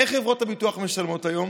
איך חברות הביטוח משלמות היום?